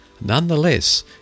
Nonetheless